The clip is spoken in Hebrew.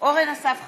אורן אסף חזן,